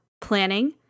planning